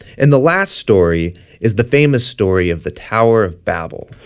and the last story is the famous story of the tower of babel.